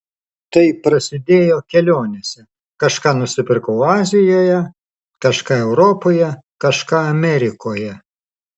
tai prasidėjo kelionėse kažką nusipirkau azijoje kažką europoje kažką amerikoje